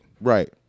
Right